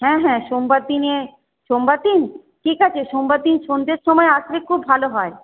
হ্যাঁ হ্যাঁ সোমবার দিনে সোমবার দিন ঠিক আছে সোমবার দিন সন্ধ্যের সময় আসলে খুব ভালো হয়